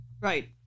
Right